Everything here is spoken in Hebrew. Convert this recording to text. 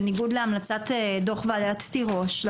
בניגוד להמלצת דוח ועדת תירוש,